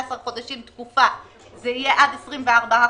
זה יהיה עד 24 חודשים.